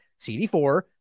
CD4